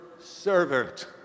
servant